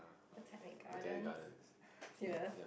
Botanic-Gardens serious